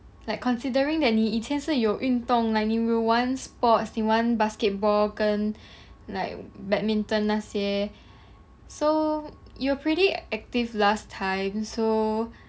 like considering that 你以前是有运动 like 你有玩 sports 你玩 basketball 跟 like badminton 那些 so you're pretty active last time so